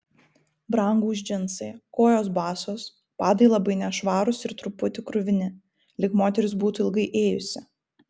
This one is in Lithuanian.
brangūs džinsai kojos basos padai labai nešvarūs ir truputį kruvini lyg moteris būtų ilgai ėjusi